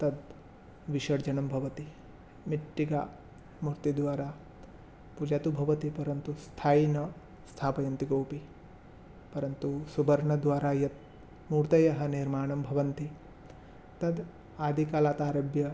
तत् विसर्जनं भवति मृत्तिकामूर्तिद्वारा पूजा तु भवति परन्तु स्थायिनः स्थापयन्ति कोपि परन्तु सुवर्णद्वारा यत् मूर्तयः निर्माणं भवन्ति तद् आदिकालादारभ्य